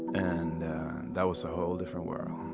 and that was a whole different world